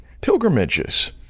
pilgrimages